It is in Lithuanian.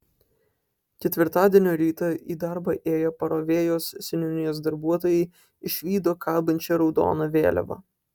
ketvirtadienio rytą į darbą ėję parovėjos seniūnijos darbuotojai išvydo kabančią raudoną vėliavą